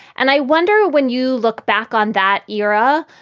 and i wonder, when you look back on that era,